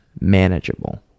manageable